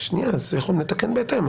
נתקן בהתאם.